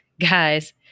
guys